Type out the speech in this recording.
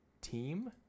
team